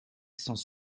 sans